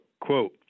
Quote